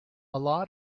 lot